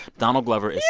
donald glover is